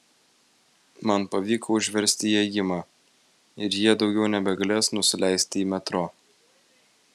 man pavyko užversti įėjimą ir jie daugiau nebegalės nusileisti į metro